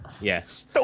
yes